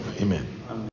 Amen